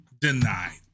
denied